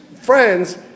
friends